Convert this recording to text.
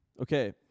Okay